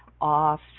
off